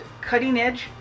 cutting-edge